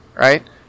Right